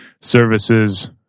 services